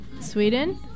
Sweden